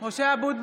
ביטול